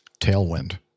tailwind